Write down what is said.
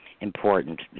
important